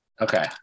Okay